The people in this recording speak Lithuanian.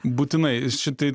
būtinai šitai